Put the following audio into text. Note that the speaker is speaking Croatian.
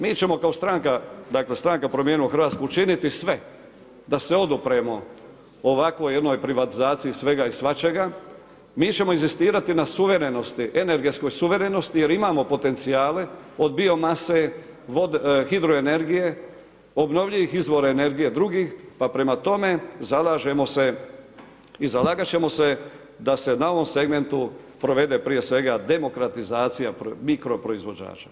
Mi ćemo kao stranka Promijenimo Hrvatsku učiniti sve da se odupremo ovako jednoj privatizaciji svega i svačega, mi ćemo inzistirati na suverenosti, energetskoj suverenosti jer imamo potencijale od biomase, hidroenergije, obnovljivih izvora energije drugih pa prema tome zalažemo se i zalagat ćemo se da se na ovom segmentu provede prije svega demokratizacija mikroproizvođača.